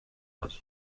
bâgé